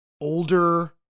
older